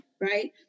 right